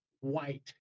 white